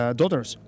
daughters